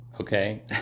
okay